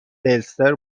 دلستر